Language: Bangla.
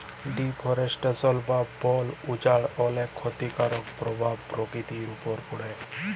ডিফরেসটেসল বা বল উজাড় অলেক খ্যতিকারক পরভাব পরকিতির উপর পড়ে